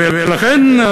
ולכן,